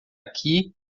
aqui